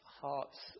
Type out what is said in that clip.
hearts